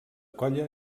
colla